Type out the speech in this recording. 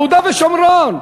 יהודה ושומרון.